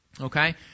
okay